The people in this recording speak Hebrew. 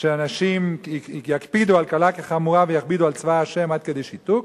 שאנשים יקפידו על קלה כחמורה ויכבידו על צבא השם עד כדי שיתוק,